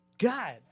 God